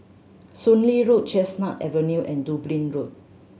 Soon Lee Road Chestnut Avenue and Dublin Road